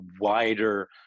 wider